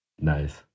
Nice